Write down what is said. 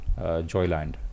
Joyland